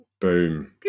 Boom